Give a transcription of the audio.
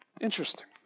Interesting